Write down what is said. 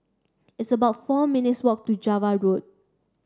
it's about four minutes' walk to Java Road